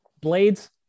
blades